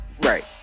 Right